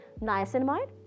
niacinamide